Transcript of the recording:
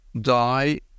die